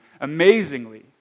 Amazingly